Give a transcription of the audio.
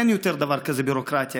אין יותר דבר כזה ביורוקרטיה.